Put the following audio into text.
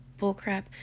bullcrap